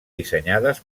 dissenyades